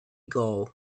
goal